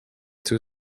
two